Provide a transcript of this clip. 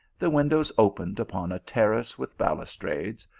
the windows opened upon a terrace with balustrades,